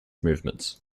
movements